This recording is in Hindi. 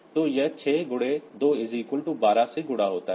तो यह 6X212 से गुणा होता है